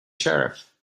sheriff